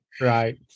Right